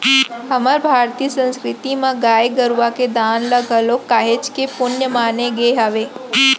हमर भारतीय संस्कृति म गाय गरुवा के दान ल घलोक काहेच के पुन्य माने गे हावय